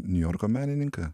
niujorko menininką